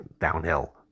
downhill